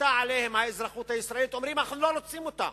נכפתה עליהם האזרחות הישראלית אומרים שהם לא רוצים אותה,